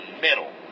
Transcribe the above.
middle